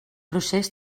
procés